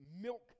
milk